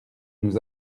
nous